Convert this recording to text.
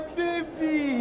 baby